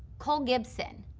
cole gibson,